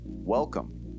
Welcome